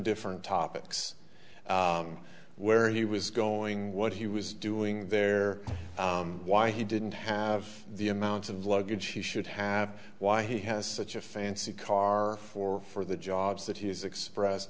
different topics where he was going what he was doing there why he didn't have the amount of luggage he should have why he has such a fancy car for for the jobs that he has express